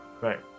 Right